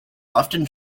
often